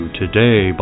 today